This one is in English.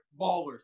ballers